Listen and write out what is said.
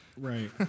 Right